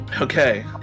Okay